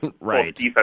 Right